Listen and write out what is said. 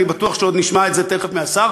אני בטוח שעוד נשמע את זה תכף מהשר,